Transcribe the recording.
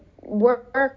work